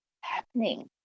happening